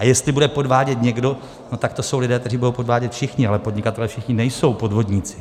A jestli bude podvádět někdo, tak to jsou lidé, kteří budou podvádět všichni, ale podnikatelé všichni nejsou podvodníci.